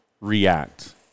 react